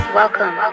welcome